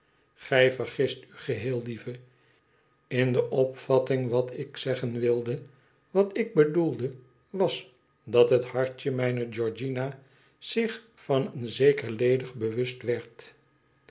gij vergist u geheel lieve inde opvatting van wat ik zeggen wilde wat ik bedoelde was dat het hartje mijne georgiana zich van een zeker ledig bewust werd